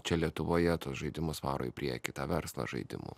čia lietuvoje tuos žaidimus varo į priekį tą verslą žaidimų